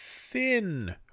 thin